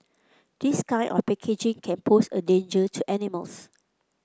this kind of packaging can pose a danger to animals